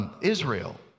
Israel